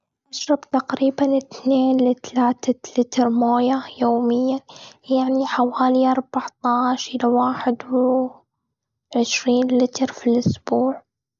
أشرب تقريباً إتنين ل تلاتة لتر مويه يومياً، يعني حوالي أربعتاش إلى واحد و وعشرين لتر في الأسبوع.